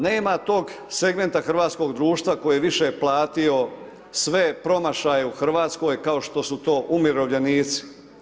Nema tog segmenta hrvatskog društva koji je više platio sve promašaje u Hrvatskoj kao što su to umirovljenici.